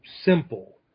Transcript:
simple